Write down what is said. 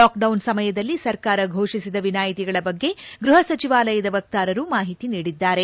lock down ಸಮಯದಲ್ಲಿ ಸರ್ಕಾರ ಘೋಷಿಸಿದ ವಿನಾಯಿತಿಗಳ ಬಗ್ಗೆ ಗ್ನಪ ಸಚಿವಾಲಯದ ವಕ್ತಾರರು ಮಾಹಿತಿ ನೀಡಿದ್ದಾರೆ